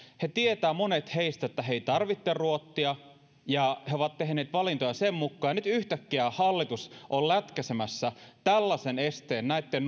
he tietävät monet heistä että he eivät tarvitse ruotsia ja he ovat tehneet valintoja sen mukaan ja nyt yhtäkkiä hallitus on lätkäisemässä tällaisen esteen näitten